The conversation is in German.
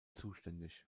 zuständig